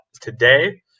today